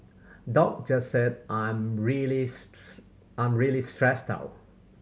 doc just said I'm really I'm really stressed out